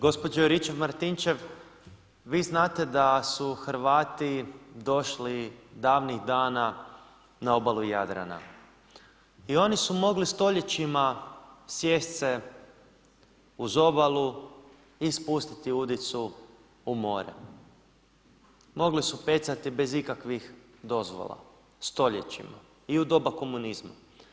Gospođo Juričev Martinčev, vi znate da su Hrvati došli davnih dana na Obali Jadrana i oni su mogli stoljećima sjest se uz obalu i spustiti udicu u more, mogli su pecati bez ikakvih dozvola, stoljećima, i u doba komunizma.